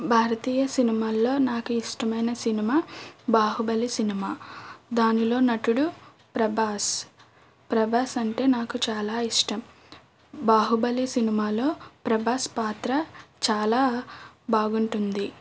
భారతీయ సినిమాల్లో నాకు ఇష్టమైన సినిమా బాహుబలి సినిమా దానిలో నటుడు ప్రభాస్ ప్రభాస్ అంటే నాకు చాలా ఇష్టం బాహుబలి సినిమాలో ప్రభాస్ పాత్ర చాలా బాగుంటుంది